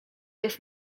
jest